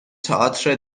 تئاتر